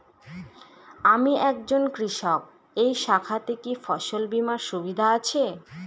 আমি একজন কৃষক এই শাখাতে কি ফসল বীমার সুবিধা আছে?